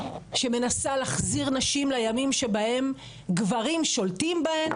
שמנסה להחזיר נשים לימים שבהם גברים שולטים בהן,